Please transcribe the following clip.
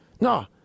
No